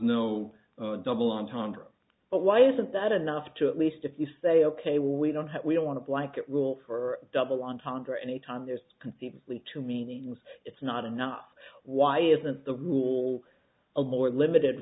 no double entendre but why isn't that enough to at least if you say ok well we don't have we don't want to blanket rule for double entendre anytime there's conceivably two meanings it's not enough why isn't the rule a more limited